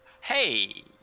Hey